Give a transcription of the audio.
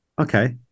Okay